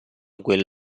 quel